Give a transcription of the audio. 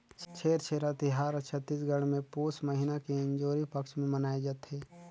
छेरछेरा तिहार हर छत्तीसगढ़ मे पुस महिना के इंजोरी पक्छ मे मनाए जथे